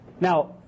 Now